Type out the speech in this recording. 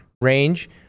range